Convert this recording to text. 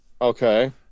okay